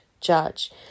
judge